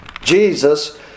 Jesus